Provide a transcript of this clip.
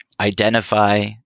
identify